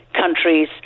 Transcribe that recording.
countries